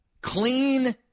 Clean